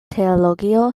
teologio